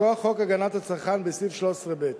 מכוח חוק הגנת הצרכן בסעיף 13ב,